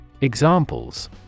Examples